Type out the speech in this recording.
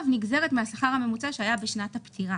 נגזרת מהשכר הממוצע שהיה בשנת הפטירה